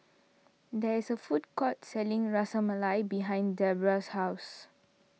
there is a food court selling Ras Malai behind Debbra's house